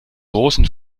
großen